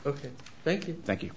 ok thank you thank you